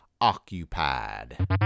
occupied